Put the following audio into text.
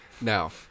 Now